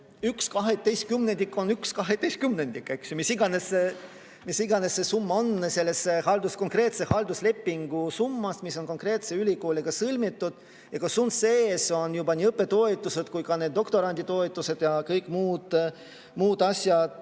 1/12, eks ju, mis iganes see summa on selle konkreetse halduslepingu summast, mis on konkreetse ülikooliga sõlmitud ja kus on sees juba nii õppetoetused kui ka doktoranditoetused ja kõik muud asjad